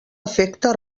efecte